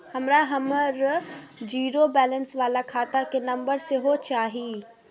हमरा हमर zero balance बाला खाता के नम्बर सेहो चाही